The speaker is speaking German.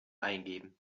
eingeben